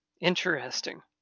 Interesting